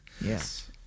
Yes